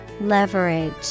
Leverage